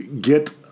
get